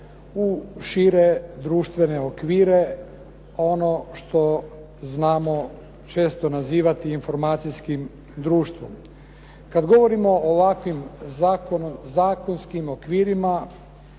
u šire društvene okvire, ono što znamo često nazivati informacijskim društvom. Kad govorimo o ovakvim zakonskim okvirima